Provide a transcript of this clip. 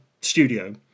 studio